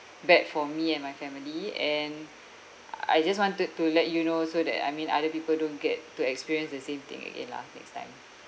bad for me and my family and I just wanted to let you know so that I mean other people don't get to experience the same thing again lah next time